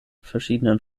verschiedenen